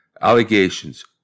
allegations